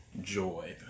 joy